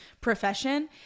profession